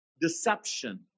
deception